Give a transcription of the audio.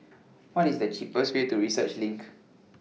What IS The cheapest Way to Research LINK